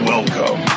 Welcome